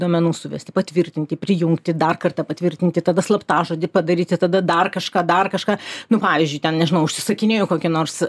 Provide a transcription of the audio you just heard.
duomenų suvesti patvirtinti prijungti dar kartą patvirtinti tada slaptažodį padaryti tada dar kažką dar kažką nu pavyzdžiui ten nežinau užsisakinėju kokį nors